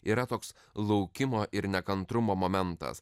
yra toks laukimo ir nekantrumo momentas